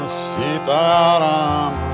sitaram